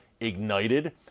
ignited